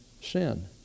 sin